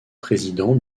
président